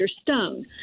Stone